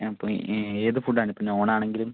അപ്പം ഈ ഏത് ഫുഡ് ആണ് ഇപ്പോൾ നോൺ ആണെങ്കിലും